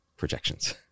projections